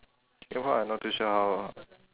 singapore I not too sure how